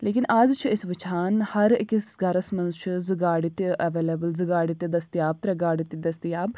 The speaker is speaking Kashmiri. لیکِن آز چھِ أسۍ وٕچھان ہر أکِس گَرَس منٛز چھِ زٕ گاڑِ تہِ ایوَلیبٕل زٕ گاڑِ تہِ دٔستِیاب ترٛےٚ گاڈٕ تہِ دٔستِیاب